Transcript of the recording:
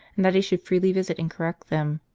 and that he should freely visit and correct them.